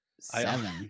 Seven